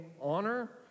honor